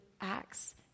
acts